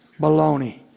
Baloney